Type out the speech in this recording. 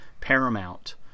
Paramount